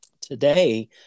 today